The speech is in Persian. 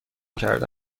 کرده